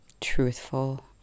truthful